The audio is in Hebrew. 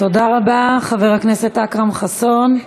תודה רבה, חבר הכנסת אכרם חסון.